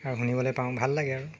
আৰু শুনিবলৈ পাওঁ ভাল লাগে আৰু